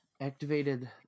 activated